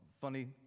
funny